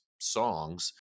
songs